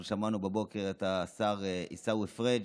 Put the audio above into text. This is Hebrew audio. כששמענו בבוקר את השר עיסאווי פריג',